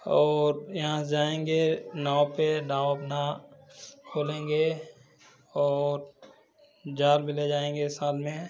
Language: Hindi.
और यहाँ से जाएंगे नाव पर अपना खोलेंगे और जाल भी ले जाएंगे साथ